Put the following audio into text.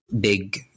big